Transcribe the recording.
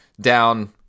down